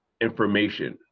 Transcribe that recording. information